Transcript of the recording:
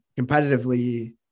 competitively